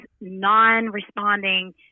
non-responding